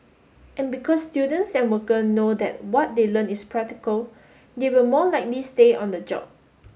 and because students and worker know that what they learn is practical they will more likely stay on the job